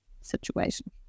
situation